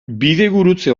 bidegurutze